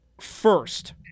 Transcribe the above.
first